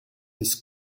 his